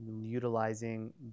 utilizing